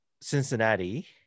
cincinnati